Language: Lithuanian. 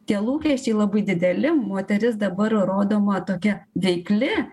tie lūkesčiai labai dideli moteris dabar rodoma tokia veikli